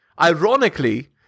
Ironically